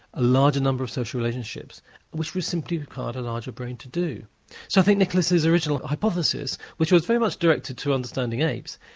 a larger number of social relationships which we simply required a larger brain to do. so i think nicholas's original hypothesis, which was very much directed to understanding apes,